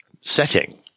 setting